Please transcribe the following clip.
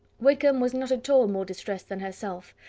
wickham was not at all more distressed than herself,